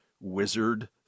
wizard